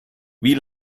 wie